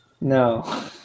No